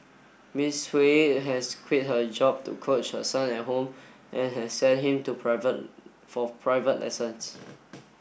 Miss Hui has quit her job to coach her son at home and has sent him to private for private lessons